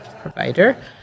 provider